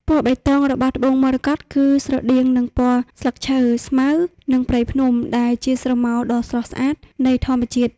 ពណ៌បៃតងរបស់ត្បូងមរកតគឺស្រដៀងនឹងពណ៌ស្លឹកឈើ ស្មៅ និងព្រៃភ្នំ ដែលជាស្រមោលដ៏ស្រស់ស្អាតនៃធម្មជាតិ។